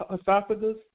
esophagus